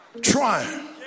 trying